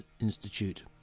Institute